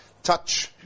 Touch